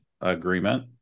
agreement